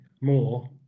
more